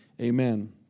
amen